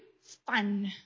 fun